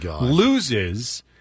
loses